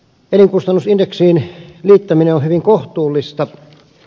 elinkustannusindeksiin liittäminen on hyvin kohtuullista